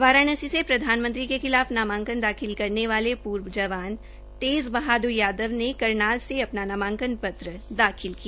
वाराण्सी से प्रधानमंत्री के खिलाफ नामांकन दाखिल करने वाले पूर्व जवान तेज़ बहाद्र यादवन ने करनाल से नामांकन पत्र दाखिल किया